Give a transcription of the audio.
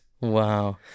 Wow